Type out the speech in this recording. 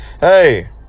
Hey